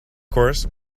course